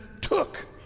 took